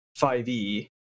5e